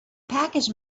package